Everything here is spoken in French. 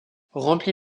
rempli